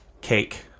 cake